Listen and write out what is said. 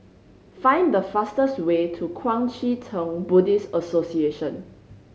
find the fastest way to Kuang Chee Tng Buddhist Association